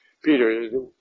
Peter